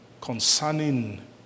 concerning